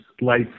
life